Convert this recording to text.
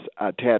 attached